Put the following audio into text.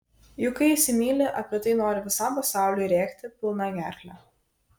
juk kai įsimyli apie tai nori visam pasauliui rėkti pilna gerkle